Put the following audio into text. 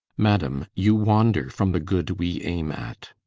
madam, you wander from the good we ayme at